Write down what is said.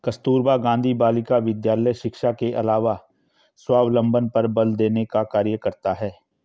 कस्तूरबा गाँधी बालिका विद्यालय शिक्षा के अलावा स्वावलम्बन पर बल देने का कार्य करता है